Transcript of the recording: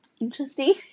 Interesting